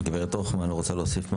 האם רעייתך, הגברת הוכמן, רוצה להוסיף?